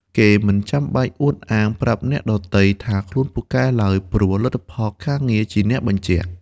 គេមិនចាំបាច់អួតអាងប្រាប់អ្នកដទៃថាខ្លួនពូកែឡើយ ព្រោះលទ្ធផលការងារជាអ្នកបញ្ជាក់។